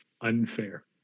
Unfair